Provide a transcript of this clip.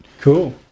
Cool